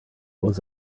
was